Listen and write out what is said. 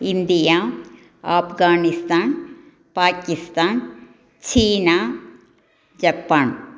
India Afghanistan Pakistan China Japan